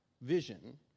vision